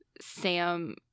Sam